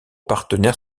partenaire